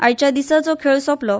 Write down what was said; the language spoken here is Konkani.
आयच्या दिसाचो खेळ सोंपलो